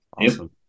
Awesome